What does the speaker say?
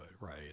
Right